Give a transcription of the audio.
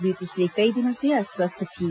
वे पिछले कई दिनों से अस्वस्थ थीं